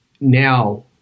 Now